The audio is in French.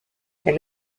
elle